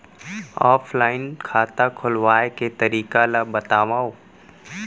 Offline खाता खोलवाय के तरीका ल बतावव?